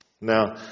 Now